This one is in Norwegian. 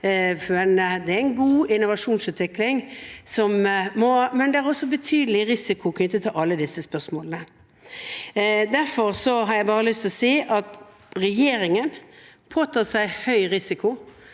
Det er en god innovasjonsutvikling, men det er også betydelig risiko knyttet til alle disse spørsmålene. Derfor har jeg lyst til å si at regjeringen påtar seg høy risiko